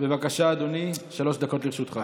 בבקשה, אדוני, שלוש דקות לרשותך.